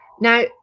Now